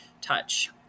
touch